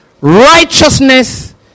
righteousness